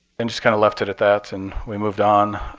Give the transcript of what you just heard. and just kind of left it at that and we moved on.